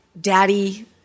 Daddy